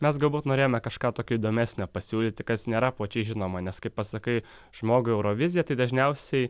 mes galbūt norėjome kažką tokio įdomesnio pasiūlyti kas nėra plačiai žinoma nes kai pasakai žmogui euroviziją tai dažniausiai